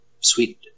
sweet